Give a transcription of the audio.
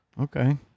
Okay